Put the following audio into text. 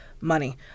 money